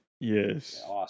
Yes